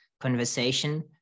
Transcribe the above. conversation